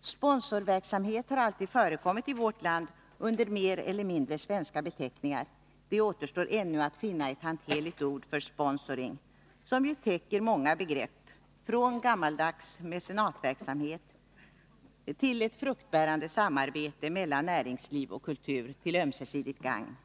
Sponsorverksamhet har alltid förekommit i vårt land under mer eller mindre svenska beteckningar — det återstår ännu att finna ett hanterligt svenskt ord för sponsoring, som ju täcker många begrepp från gammaldags mecenatverksamhet till ett fruktbärande samarbete mellan näringsliv och kultur till ömsesidigt gagn.